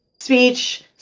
speech